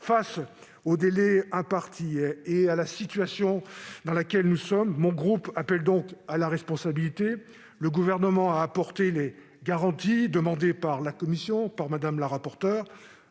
les délais impartis et la situation dans laquelle nous sommes, le groupe RDPI appelle à la responsabilité. Le Gouvernement a apporté les garanties demandées par la commission par la voix de Mme la rapporteure